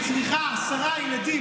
עשרה ילדים,